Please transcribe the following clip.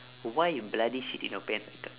why you bloody shit in your pants